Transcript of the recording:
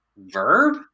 verb